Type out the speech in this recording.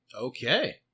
Okay